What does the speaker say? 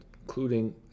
including